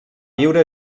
viure